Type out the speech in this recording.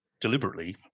deliberately